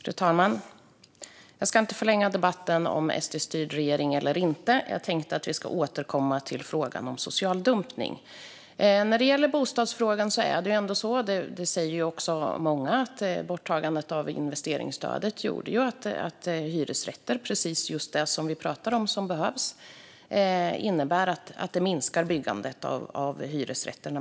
Fru talman! Jag ska inte förlänga diskussionen om huruvida regeringen är SD-styrd eller inte, utan jag tänkte att vi skulle återkomma till frågan om social dumpning. När det gäller bostadsfrågan är det, som många säger, så att borttagandet av investeringsstödet gjorde att byggandet av hyresrätter minskade. Vi har ju pratat om att det behövs fler hyresrätter.